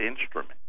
instrument